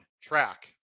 track